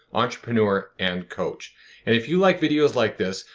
entrepreneur and coach. and if you like videos like this,